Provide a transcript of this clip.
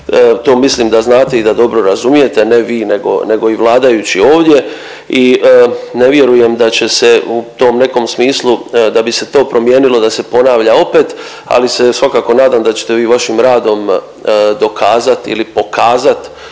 to mislim da znate i da dobro razumijete, ne vi nego i vladajući ovdje i ne vjerujem da će se u tom nekom smislu da bi se to promijenilo da se ponavlja opet, ali se svakako nadam da ćete vi vašim radom dokazat ili pokazat